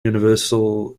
universal